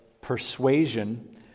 persuasion